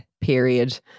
period